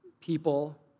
people